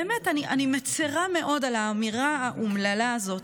אני באמת מצירה מאוד על האמירה האומללה הזאת.